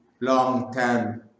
long-term